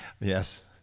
Yes